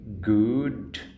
good